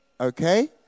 Okay